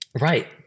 right